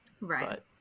Right